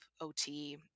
OT